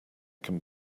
can